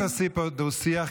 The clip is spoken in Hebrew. אל תעשי פה דו-שיח,